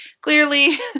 clearly